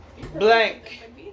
Blank